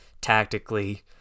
tactically